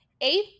Eighth